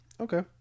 Okay